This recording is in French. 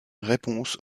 réponse